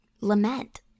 lament